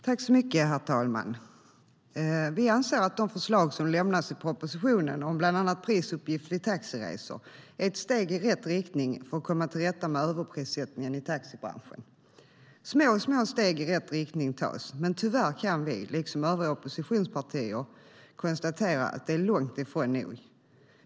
Herr talman! Vi sverigedemokrater anser att de förslag som har lämnats i propositionen om bland annat prisuppgift vid taxiresor är ett steg i rätt riktning för att komma till rätta med överprissättningen i taxibranschen. Små, små steg i rätt riktning tas, men tyvärr kan vi, liksom övriga oppositionspartier, konstatera att det är långt ifrån nog.